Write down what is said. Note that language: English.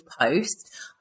post